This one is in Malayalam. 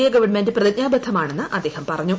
എ ഗവൺമെന്റ് പ്രതിജ്ഞാബദ്ധമാണെന്ന് അദ്ദേഹം പറഞ്ഞു